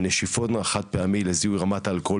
נשיפון בחד פעמי לזיהוי רמת האלכוהול